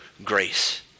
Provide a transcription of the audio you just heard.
grace